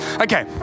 Okay